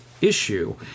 issue